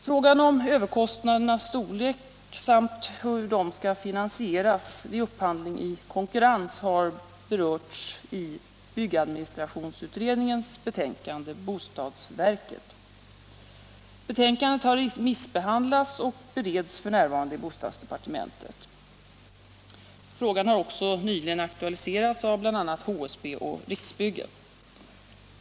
Frågan om överkostnadernas storlek samt hur dessa skall finansieras vid upphandling i konkurrens har berörts i byggadministrationsutredningens betänkande Bostadsverket . Betänkandet har remissbehandlats och bereds f. n. i bostadsdepartementet. Frågan har också nyligen aktualiserats av bl.a. HSB och Riksbyggen.